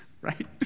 right